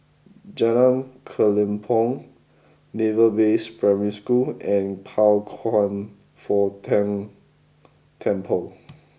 Jalan Kelempong Naval Base Primary School and Pao Kwan Foh Tang Temple